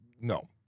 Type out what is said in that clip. No